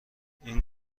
این